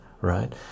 right